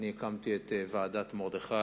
הקמתי את ועדת-מרדכי,